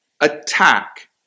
attack